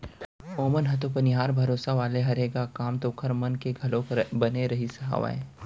ओमन ह तो बनिहार भरोसा वाले हरे ग काम तो ओखर मन के घलोक बने रहिस हावय